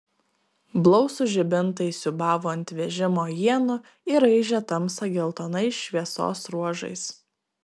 blausūs žibintai siūbavo ant vežimo ienų ir raižė tamsą geltonais šviesos ruožais